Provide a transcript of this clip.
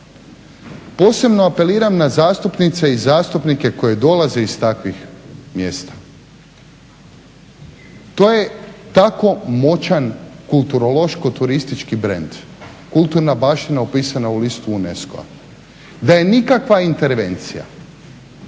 Posebno apeliram na zastupnice i zastupnike koji dolaze iz takvih mjesta. To je tako moćan kulturološko turistički brend, kulturna baština upisana u listu UNESCO-a da je nikakva intervencija